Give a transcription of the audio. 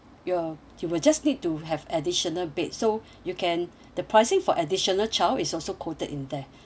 you'll you will just need to have additional bed so you can the pricing for additional child is also quoted in there